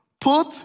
put